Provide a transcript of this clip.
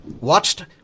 Watched